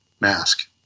mask